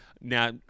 Now